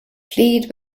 plead